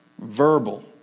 verbal